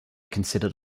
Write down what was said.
considered